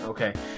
Okay